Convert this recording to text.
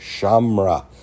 Shamra